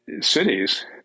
cities